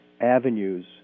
avenues